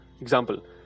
example